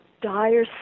dire